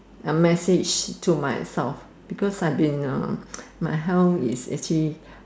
a message to myself because I have been my health is actually